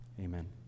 amen